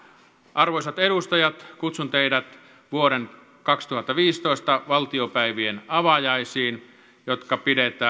arvoisat edustajat kutsun teidät vuoden kaksituhattaviisitoista valtiopäivien avajaisiin jotka pidetään huomenna keskiviikkona